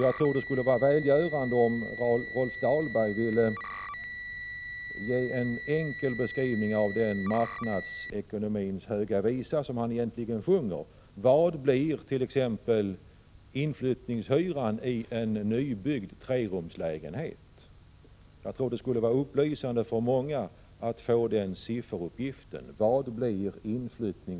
Jag tror att det skulle vara välgörande om Rolf Dahlberg ville ge en enkel beskrivning av den marknadsekonomi vars Höga visa han sjunger. Vad blir t.ex. egentligen inflyttningshyran i en nybyggd trerumslägenhet? Det skulle säkert vara upplysande för många att få den sifferuppgiften.